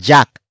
Jack